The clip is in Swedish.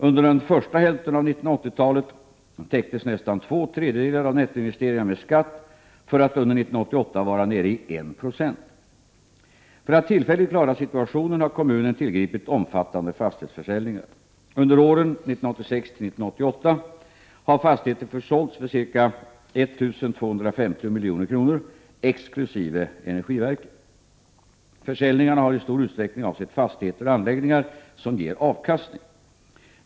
Under den första hälften av 1980-talet täcktes nästan två tredjedelar av nettoinvesteringarna med skatt för att under 1988 vara nere i 16 För att tillfälligt klara situationen har kommunen tillgripit omfattande fastighetsförsäljningar. Under åren 1986-1988 har fastigheter försålts för ca 1250 milj.kr. exkl. energiverket. Försäljningarna har i stor utsträckning avsett fastigheter och anläggningar som ger avkastning.